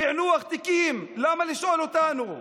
פיענוח תיקים, למה לשאול אותנו?